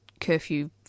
curfew